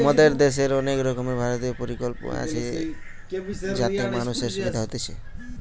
মোদের দ্যাশের অনেক রকমের ভারতীয় পরিকল্পনা আছে যাতে মানুষের সুবিধা হতিছে